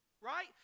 right